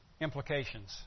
implications